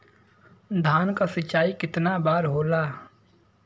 धान क सिंचाई कितना बार होला?